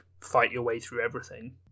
fight-your-way-through-everything